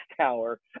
tower